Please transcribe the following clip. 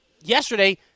yesterday